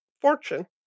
fortune